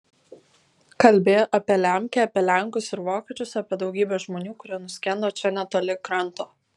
kalbėjo apie lemkę apie lenkus ir vokiečius apie daugybę žmonių kurie nuskendo čia netoli kranto